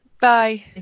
bye